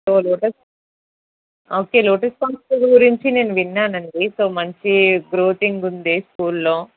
okay Lotus Pond school గురించి నేను విన్నానండి సో మంచి గ్రోత్ ఉంది స్కూల్లో